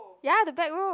ya the back row